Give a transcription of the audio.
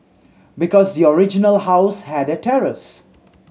because the original house had a terrace